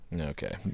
Okay